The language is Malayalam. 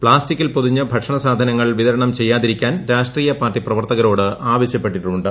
പ്താസ്റ്റിക്കിൽ പൊതിഞ്ഞ് ഭക്ഷണ സാധനങ്ങൾ വിതരണം ചെയ്യാതിരിക്കാൻ രാഷ്ട്രീയ പാർട്ടി പ്രവർത്തകരോട് ആവശ്യപ്പെട്ടിട്ടുമുണ്ട്